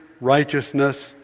righteousness